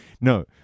No